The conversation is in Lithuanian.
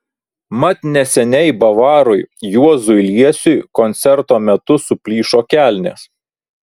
mat neseniai bavarui juozui liesiui koncerto metu suplyšo kelnės